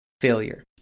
Failure